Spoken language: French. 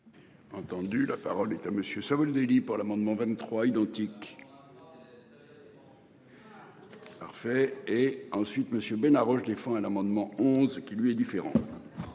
Entendu. La parole est à monsieur Savoldelli par l'amendement 23 identique. Parfait et ensuite monsieur Ben arrogent défend un amendement 11 qui lui est différent.